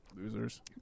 Losers